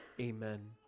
Amen